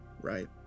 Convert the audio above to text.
right